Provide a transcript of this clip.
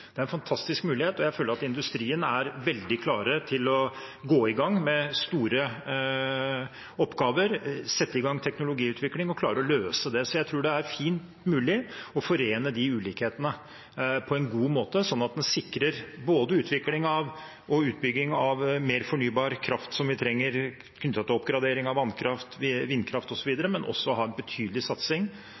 Det er en fantastisk mulighet, og jeg føler at industrien er veldig klar til å gå i gang med store oppgaver, sette i gang teknologiutvikling og klare å løse det. Så jeg tror det er fint mulig å forene de ulikhetene på en god måte, sånn at en sikrer både utvikling av og utbygging av mer fornybar kraft som vi trenger, knyttet til oppgradering av vannkraft, vindkraft osv., men også har en betydelig satsing